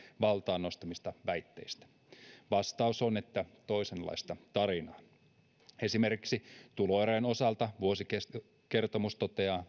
valtaan nostaneista väitteistä vastaus on että toisenlaista tarinaa esimerkiksi tuloerojen osalta vuosikertomus toteaa